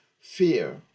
fear